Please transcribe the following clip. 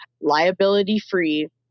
liability-free